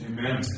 Amen